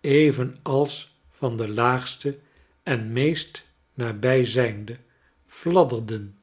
even als van de aagste en meest nabij zijnde fladderden